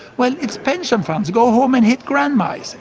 well it's pension funds. go home and hit grandma. so